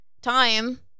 time